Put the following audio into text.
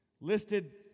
listed